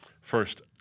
First